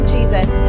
Jesus